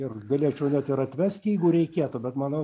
ir galėčiau net ir atvesti jeigu reikėtų bet manau